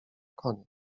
konie